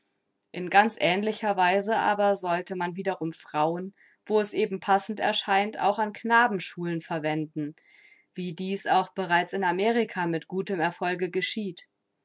in ganz ähnlicher weise aber sollte man wiederum frauen wo es eben passend erscheint auch an knabenschulen verwenden wie dies auch bereits in amerika mit gutem erfolge geschieht